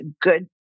good